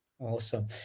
Awesome